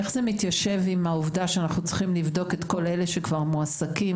איך זה מתיישב עם העובדה שאנחנו צריכים לבדוק את כל אלה שכבר מועסקים,